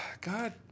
god